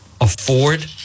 afford